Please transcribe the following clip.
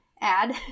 add